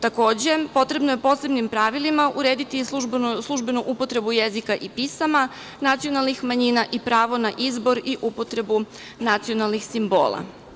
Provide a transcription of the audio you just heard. Takođe, potrebno je posebnim pravilima urediti i službenu upotrebu jezika i pisama nacionalnih manjina i pravo na izbor i upotrebu nacionalnih simbola.